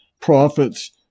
profits